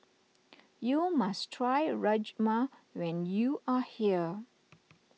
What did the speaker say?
you must try Rajma when you are here